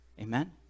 Amen